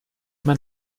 mein